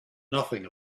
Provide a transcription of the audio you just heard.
nothing